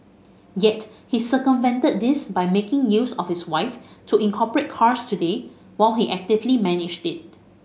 yet he circumvented this by making use of his wife to incorporate Cars Today while he actively managed it